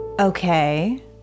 Okay